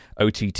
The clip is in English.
OTT